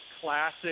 classic